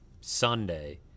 Sunday –